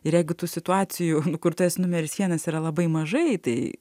ir jeigu tų situacijų kur tu esi numeris vienas yra labai mažai tai